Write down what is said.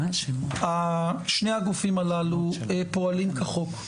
שני הגופים הללו פועלים כחוק,